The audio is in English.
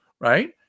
right